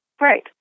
Right